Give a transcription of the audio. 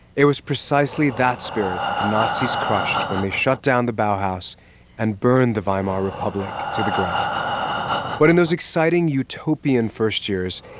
it was precisely that spirit that the nazis crushed when they shut down the bauhaus and burned the weimar republic to the ground but in those exciting utopian first years,